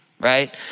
right